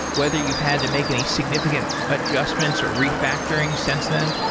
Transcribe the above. whether you've had to make any significant adjustments or refactoring since then?